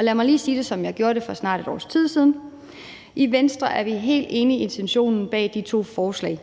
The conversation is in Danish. Lad mig lige sige det, som jeg gjorde det for snart et års tid siden: I Venstre er vi helt enige i intentionerne bag de to forslag.